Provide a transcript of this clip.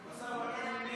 שלושה בעד, 20